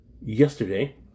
yesterday